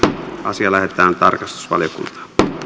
asia lähetetään tarkastusvaliokuntaan